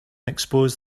expose